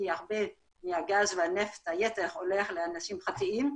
כי הרבה מהגז והנפט הולך לאנשים פרטיים,